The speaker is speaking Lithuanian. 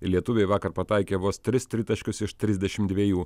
lietuviai vakar pataikė vos tris tritaškius iš trisdešim dviejų